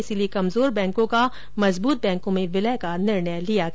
इसीलिए कमजोर बैंकों का मजबूत बैंकों में विलय का निर्णय लिया गया